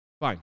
fine